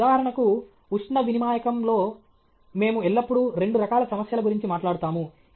ఉదాహరణకు ఉష్ణ వినిమాయకం లో మేము ఎల్లప్పుడూ రెండు రకాల సమస్యల గురించి మాట్లాడుతాము